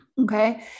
Okay